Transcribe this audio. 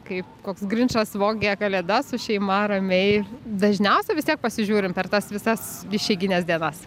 kaip koks grinčas vogė kalėdas su šeima ramiai dažniausia vis tiek pasižiūrim per tas visas išeigines dienas